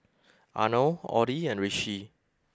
Arnold Audie and Rishi